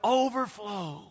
overflow